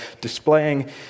displaying